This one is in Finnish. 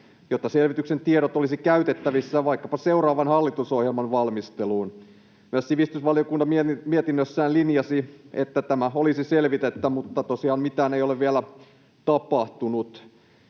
jotta selvityksen tiedot olisivat käytettävissä vaikkapa seuraavan hallitusohjelman valmisteluun. Myös sivistysvaliokunta mietinnössään linjasi, että tämä olisi selvitettävä, mutta tosiaan mitään ei ole vielä tapahtunut.